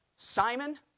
Simon